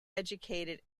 educated